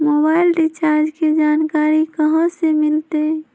Mobile recharge के जानकारी कहा से मिलतै?